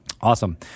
Awesome